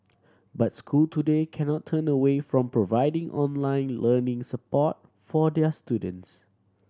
but school today cannot turn away from providing online learning support for their students